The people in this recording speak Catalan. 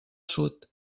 sud